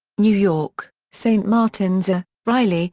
new york st. martin's. ah reilly,